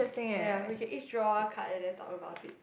ya we can each draw one card and then talk about it